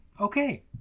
Okay